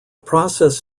process